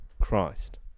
Christ